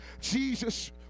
Jesus